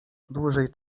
dłużej